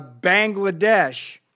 Bangladesh